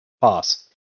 Pass